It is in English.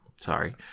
sorry